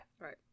Right